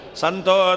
Santo